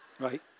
right